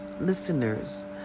listeners